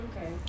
Okay